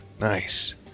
nice